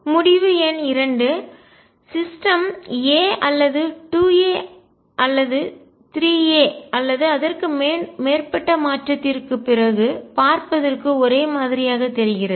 முடிவு எண் 2 சிஸ்டம் அமைப்புகள் a அல்லது 2 a அல்லது 3 a அல்லது அதற்கு மேற்பட்ட மாற்றத்திற்குப் பிறகு பார்ப்பதற்கு ஒரே மாதிரியாகத் தெரிகிறது